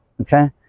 Okay